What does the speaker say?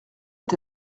est